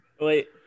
Wait